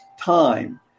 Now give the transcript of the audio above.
time